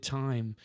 time